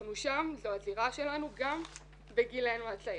אנחנו שם, זו הזירה שלנו, גם בגילנו הצעיר.